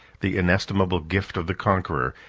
the inestimable gift of the conqueror,